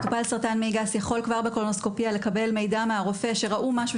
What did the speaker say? מטופל סרטן מעי גס יכול כבר בקולונוסקופיה לקבל מידע מהרופא שראו משהו